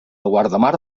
guardamar